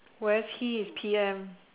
whereas he is P_M